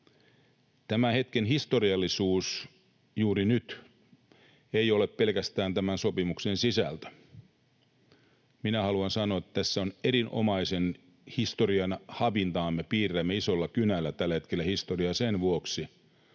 Tämän hetken historiallisuus juuri nyt ei ole pelkästään tämän sopimuksen sisältö. Minä haluan sanoa, että tässä on erinomaisen historian havinaa. Me piirrämme isolla kynällä tällä hetkellä historiaa. Sen vuoksi